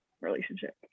relationship